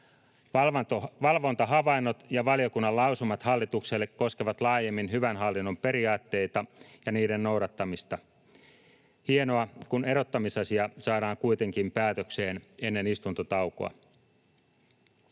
Valvontahavainnot ja valiokunnan lausumat hallitukselle koskevat laajemmin hyvän hallinnon periaatteita ja niiden noudattamista. Hienoa, kun erottamisasia saadaan kuitenkin päätökseen ennen istuntotaukoa.